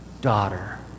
daughter